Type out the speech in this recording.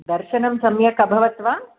दर्शनं सम्यक् अभवत् वा